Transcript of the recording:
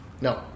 No